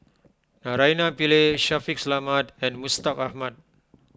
Naraina Pillai Shaffiq Selamat and Mustaq Ahmad